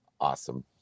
Awesome